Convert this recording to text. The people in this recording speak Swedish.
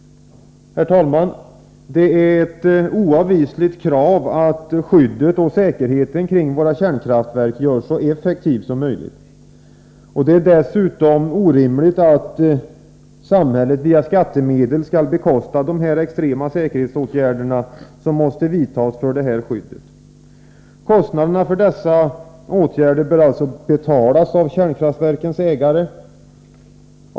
Herr talman! Det är ett oavvisligt krav att skyddet och säkerheten kring våra kärnkraftverk görs så effektiva som möjligt. Det är dessutom orimligt att samhället via skattemedel skall bekosta de extrema säkerhetsåtgärder som måste vidtas för detta skydd. Kostnaderna för dessa åtgärder bör alltså betalas av kärnkraftverkens ägare.